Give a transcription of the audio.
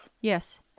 Yes